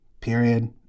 period